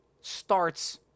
starts